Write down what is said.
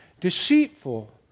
deceitful